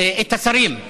את השרים,